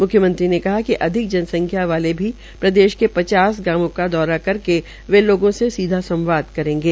म्ख्यमंत्री ने कहा कि अधिक जनसंख्या वाले भी प्रदेश के पचास गांवों का दौरा कर वे लोगों से सीधा संवाद करेंगे